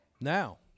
Now